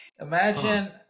Imagine